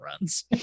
runs